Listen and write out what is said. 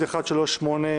(מ/1383).